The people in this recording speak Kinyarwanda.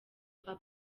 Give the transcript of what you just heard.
urban